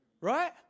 right